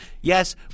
Yes